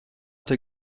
der